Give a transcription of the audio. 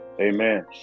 Amen